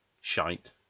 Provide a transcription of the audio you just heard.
shite